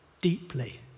deeply